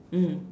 mm